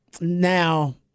now